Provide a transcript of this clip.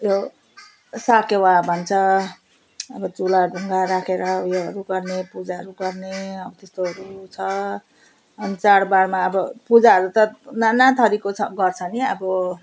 यो साकेवा भन्छ अब चुल्हा ढुङ्गा राखेर उयोहरू गर्ने पूजाहरू गर्ने हौ त्यस्तोहरू छ अनि चाडबाडमा अब पूजाहरू त नाना थरीको छ गर्छ नि अब